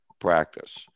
practice